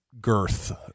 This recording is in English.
girth